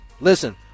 Listen